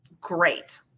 great